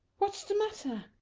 what's the matter?